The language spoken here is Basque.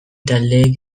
taldeek